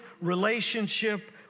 relationship